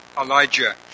Elijah